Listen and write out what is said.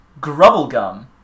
Grubblegum